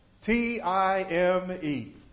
T-I-M-E